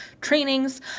trainings